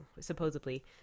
supposedly